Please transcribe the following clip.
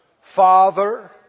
Father